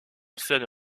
scène